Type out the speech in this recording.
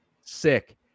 Sick